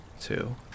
two